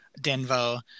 Denver